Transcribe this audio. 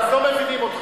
אז לא מבינים אותך.